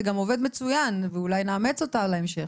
זה גם עובד מצוין ואולי נאמץ אותה להמשך.